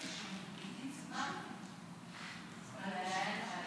קרעי ויואב